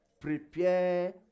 prepare